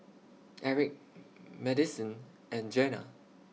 Erik Madisyn and Jena